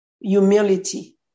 humility